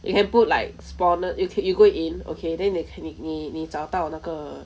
you can put like spawner you click you go in okay then 你 cli~ 你你找到那个